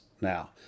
now